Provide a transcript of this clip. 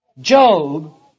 Job